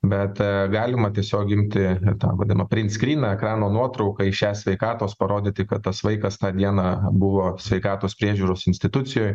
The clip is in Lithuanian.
bet galima tiesiog imti tą vadinamą prinskryną ekrano nuotrauką iš e sveikatos parodyti kad tas vaikas tą dieną buvo sveikatos priežiūros institucijoj